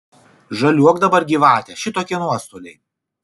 žaliuok dabar gyvate šitokie nuostoliai